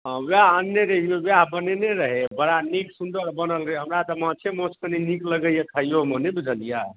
हँ ओएह अनने रहियै ओएह बनेने रहै बड़ा नीक सुन्दर बनल रहै हमरा तऽ माछे मासू तऽ नीक लगैए खाइयोमे नहि बुझलियै